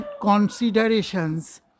considerations